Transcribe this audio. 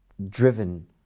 driven